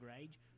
age